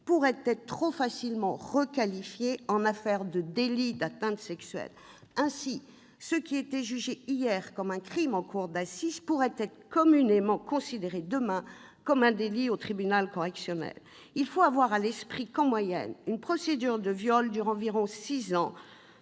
soient trop facilement requalifiées en délits d'atteinte sexuelle. Ainsi, ce qui était jugé hier comme un crime en cour d'assises pourrait être communément considéré demain comme un délit au tribunal correctionnel. Il faut avoir à l'esprit que, en moyenne, une procédure pour viol dure environ six ans